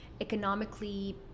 economically